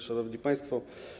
Szanowni Państwo!